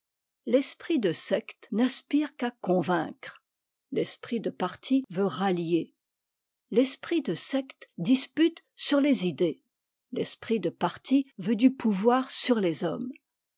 l'esprit de secte n'aspire qu'à convaincre l'esprit de parti veut rallier l'esprit de secte dispute sur les idées l'esprit de parti veut du pouvoir sur les hommes